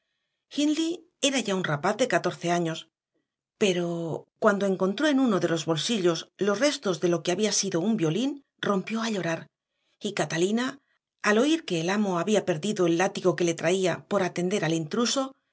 hindley era ya un rapaz de catorce años pero cuando encontró en uno de los bolsillos los restos de lo que había sido un violín rompió a llorar y catalina al oír que el amo había perdido el látigo que le traía por atender al intruso